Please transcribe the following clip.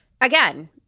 again